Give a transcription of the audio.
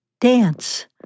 dance